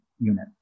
unit